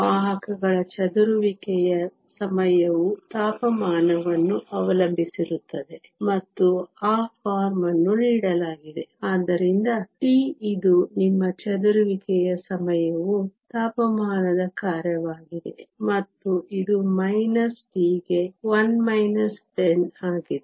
ವಾಹಕಗಳ ಚದುರುವಿಕೆಯ ಸಮಯವು ತಾಪಮಾನವನ್ನು ಅವಲಂಬಿಸಿರುತ್ತದೆ ಮತ್ತು ಆ ಫಾರ್ಮ್ ಅನ್ನು ನೀಡಲಾಗಿದೆ ಆದ್ದರಿಂದ τ ಇದು ನಿಮ್ಮ ಚದುರುವಿಕೆಯ ಸಮಯವು ತಾಪಮಾನದ ಕಾರ್ಯವಾಗಿದೆ ಮತ್ತು ಇದು ಮೈನಸ್ ಟಿ ಗೆ 1 ಮೈನಸ್ 10 ಆಗಿದೆ